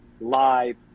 live